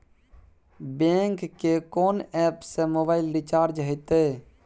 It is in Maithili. बैंक के कोन एप से मोबाइल रिचार्ज हेते?